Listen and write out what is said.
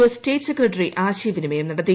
S state secretary ആശയവിനിമയം നടത്തി